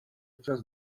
včas